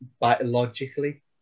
biologically